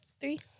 Three